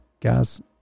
guys